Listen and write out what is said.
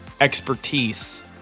expertise